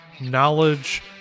knowledge